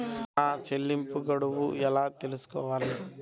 నా చెల్లింపు గడువు ఎలా తెలుసుకోవాలి?